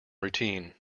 routine